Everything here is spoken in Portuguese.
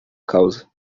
causa